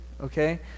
okay